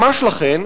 ממש לכן,